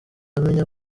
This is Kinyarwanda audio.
amenya